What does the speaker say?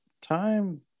time